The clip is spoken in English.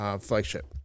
Flagship